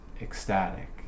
ecstatic